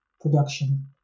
production